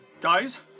Guys